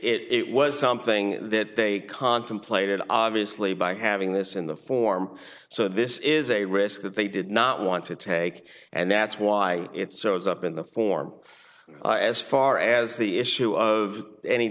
was something that they contemplated obviously by having this in the form so this is a risk that they did not want to take and that's why it's so it's up in the form as far as the issue of any